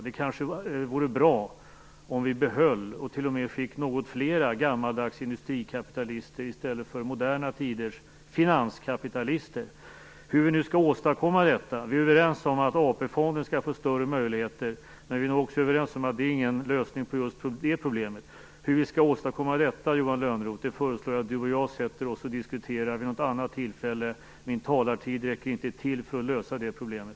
Det kanske vore bra om vi behöll, och t.o.m. fick något fler, gammaldags industrikapitalister i stället för moderna tiders finanskapitalister. Men hur skall vi åstadkomma detta? Vi är överens om att AP-fonderna skall få större möjligheter, men vi är nog också överens om att det inte är någon lösning på just det här problemet. Jag föreslår att Johan Lönnroth och jag vid något annat tillfälle sätter oss och diskuterar hur vi skall åstadkomma detta. Min taletid räcker inte till för att lösa problemet.